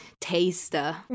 taster